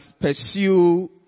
pursue